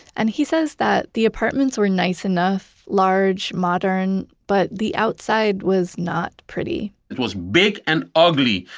and he says that the apartments were nice enough, large, modern, but the outside was not pretty it was big and ugly.